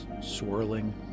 swirling